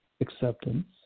acceptance